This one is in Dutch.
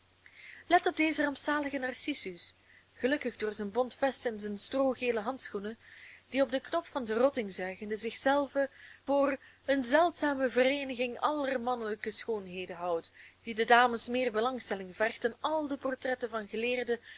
let op dezen rampzaligen narcissus gelukkig door zijn bont vest en zijn stroogele handschoenen die op den knop van zijn rotting zuigende zichzelven voor eene zeldzame vereeniging aller mannelijke schoonheden houdt die de dames meer belangstelling vergt dan al de portretten van geleerden